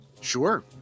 Sure